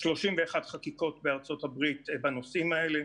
31 חקיקות בארצות הברית בנושאים האלה.